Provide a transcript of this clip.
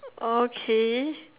okay